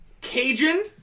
Cajun